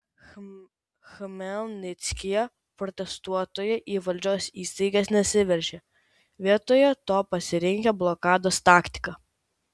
chmelnickyje protestuotojai į valdžios įstaigas nesiveržė vietoje to pasirinkę blokados taktiką